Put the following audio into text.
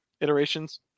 iterations